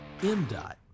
MDOT